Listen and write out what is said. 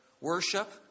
Worship